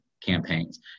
campaigns